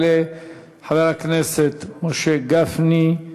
יעלה חבר הכנסת משה גפני,